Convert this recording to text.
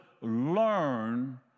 learn